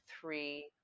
three